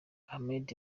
ahmed